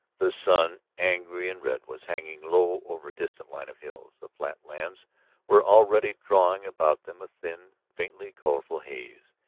the sun, angry and red, was hanging low over a distant line of hills, the flat lands were already drawing about them a thin, faintly colorful haze.